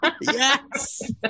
Yes